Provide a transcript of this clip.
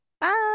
Bye